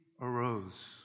arose